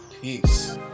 Peace